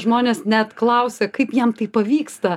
žmonės net klausia kaip jam tai pavyksta